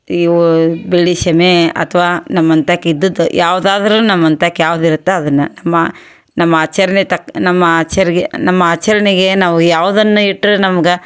ಇವು ಬೆಳ್ಳಿ ಶಮೆ ಅಥವಾ ನಮ್ಮಂತಕ್ಕೆ ಇದ್ದದ್ದು ಯಾವುದಾದ್ರು ನಮ್ಮಂತಕೆ ಯಾವ್ದು ಇರತ್ತೆ ಅದನ್ನು ನಮ್ಮ ನಮ್ಮ ಆಚರ್ಣೆಗೆ ತಕ್ಕ ನಮ್ಮ ಆಚರ್ಣೆ ನಮ್ಮ ಆಚರಣೆಗೆ ನಾವು ಯಾವುದನ್ನು ಇಟ್ಟರೆ ನಮ್ಗೆ